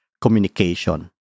communication